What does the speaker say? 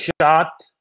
shot